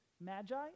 magi